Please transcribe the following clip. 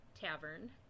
tavern